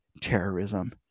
terrorism